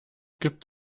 gibt